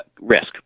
Risk